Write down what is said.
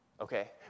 Okay